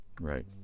Right